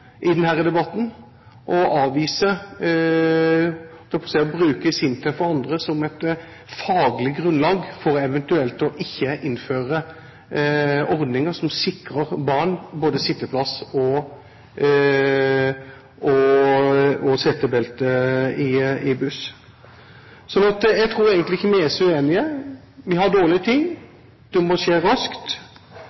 debatten og avvise å bruke SINTEF og andre som et faglig grunnlag for eventuelt å ikke innføre ordninger som sikrer barn både sitteplass og setebelte i buss. Jeg tror egentlig ikke vi er så uenige. Vi har dårlig tid.